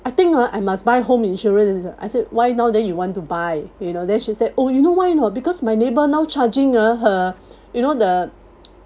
I think ah I must buy home insurance I said why now then you want to buy you know then she said oh you know why or not because my neighbour now charging uh her you know the